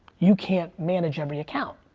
you can't manage every account.